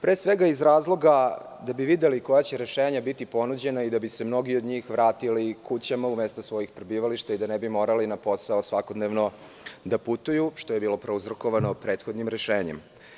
Pre svega, iz razloga da bi videli koja će rešenja biti ponuđena i da se mnogi od njih vratili kućama u mesta svojih prebivališta i da ne bi morali na posao svakodnevno da putuju što je bilo prouzrokovano prethodnim rešenjem.